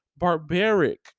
Barbaric